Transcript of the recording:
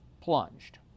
plunged